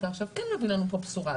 אתה עכשיו כן מביא לנו פה בשורה.